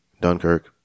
Dunkirk